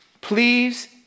please